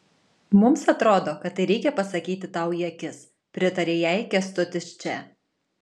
mums atrodo kad tai reikia pasakyti tau į akis pritarė jai kęstutis č